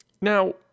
Now